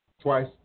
twice